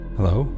Hello